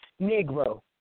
Negro